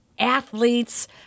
Athletes